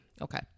Okay